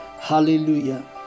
Hallelujah